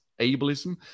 ableism